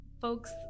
Folks